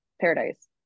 Paradise